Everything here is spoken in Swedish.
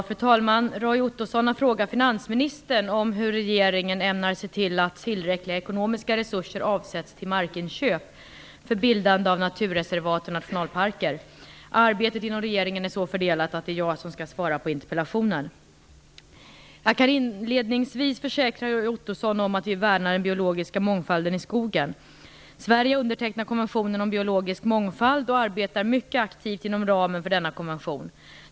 Fru talman! Roy Ottosson har frågat finansministern om hur regeringen ämnar se till att tillräckliga ekonomiska resurser avsätts till markinköp för bildande av naturreservat och nationalparker. Arbetet inom regeringen är så fördelat att det är jag som skall svara på interpellationen. Jag kan inledningsvis försäkra Roy Ottosson att vi värnar den biologiska mångfalden i skogen. Sverige har undertecknat konventionen om biologisk mångfald och arbetar mycket aktivt inom ramen för denna konvention.